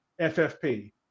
FFP